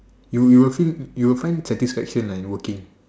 you you will feel you will find satisfaction lah in working